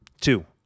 Two